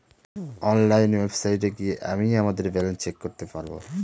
online ওয়েবসাইটে গিয়ে আমিই আমাদের ব্যালান্স চেক করতে পারবো